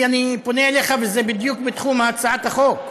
אני פונה אליך וזה בדיוק בתחום הצעת החוק.